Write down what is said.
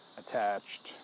attached